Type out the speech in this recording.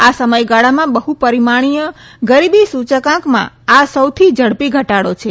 આ સમયગાળામાં બહ્પરીમાણીય ગરીબી સુચકાંકમાં આ સૌથી ઝડપી ઘટાડો છે